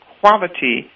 quality